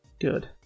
Good